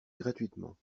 gratuitement